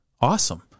awesome